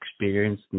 experience